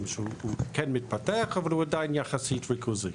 כן מתפתח אבל הוא עדיין יחסית ריכוזי.